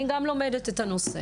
אני גם לומדת את הנושא,